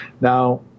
now